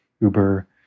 Uber